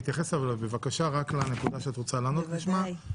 להתייחס בבקשה רק לנקודה שאת רוצה לענות עליה.